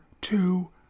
two